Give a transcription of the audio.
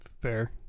fair